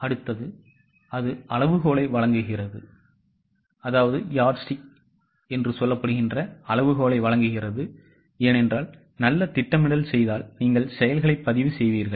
அடுத்தது அது அளவுகோலை வழங்குகிறது ஏனென்றால் நல்ல திட்டமிடல் செய்தால் நீங்கள் செயல்களைப் பதிவு செய்வீர்கள்